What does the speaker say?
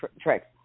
tricks